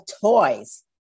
toys